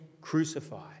crucified